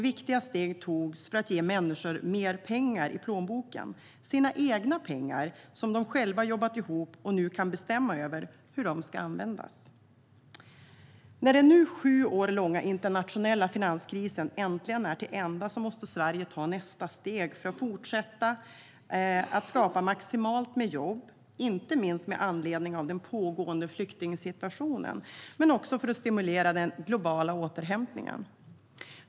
Viktiga steg togs för att ge människor mer pengar i plånboken, deras egna pengar som de själva jobbat ihop och kan bestämma över hur de ska användas. När den nu sju år långa internationella finanskrisen äntligen är till ända måste Sverige ta nästa steg för att fortsätta skapa maximalt med jobb, inte minst med anledning av den pågående flyktingsituationen men också för att stimulera den globala återhämtningen.